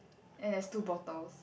and there's two bottles